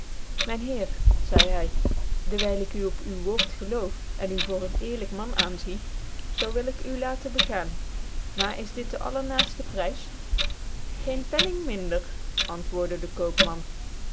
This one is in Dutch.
ïnyn heer zeide hy dewyl ik u op u woord geloof en u voor een eerlyk man aanzie zoo wil ik u laten begaan j maar is dit dc allernaaftc prys geen penning minder antwoordc dc koopman